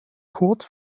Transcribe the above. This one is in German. kurz